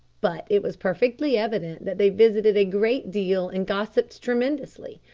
but it was perfectly evident that they visited a great deal and gossiped tremendously,